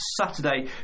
Saturday